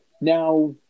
Now